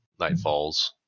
Nightfalls